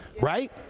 right